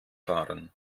fahren